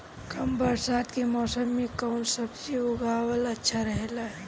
कम बरसात के मौसम में कउन सब्जी उगावल अच्छा रहेला?